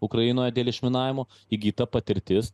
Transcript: ukrainoje dėl išminavimo įgyta patirtis